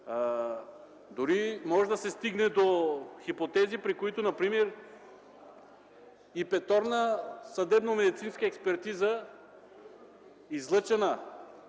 Дори може да се стигне до хипотези, при които, например, и петорна съдебно-медицинска експертиза, излъчена